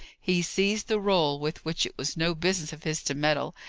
he seized the roll, with which it was no business of his to meddle,